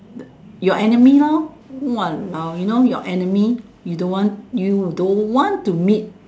the your enemy lor !walao! you know your enemy you don't want you don't want to meet